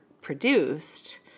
produced